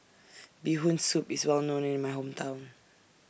Bee Hoon Soup IS Well known in My Hometown